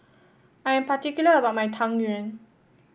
I am particular about my Tang Yuen